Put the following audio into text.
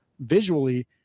visually